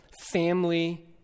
family